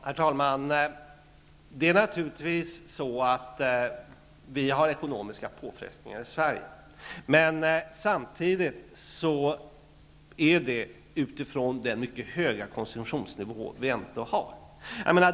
Herr talman! Det är naturligtvis så att vi har ekonomiska påfrestningar i Sverige. Men samtidigt är detta utifrån den mycket höga konsumtionsnivå som vi ändå har.